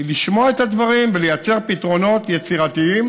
לשמוע את הדברים ולייצר פתרונות יצירתיים